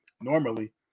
normally